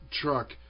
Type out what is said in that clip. truck